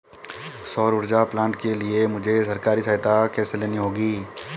सौर ऊर्जा प्लांट के लिए मुझे सरकारी सहायता कैसे लेनी होगी?